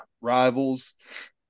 rivals